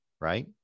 right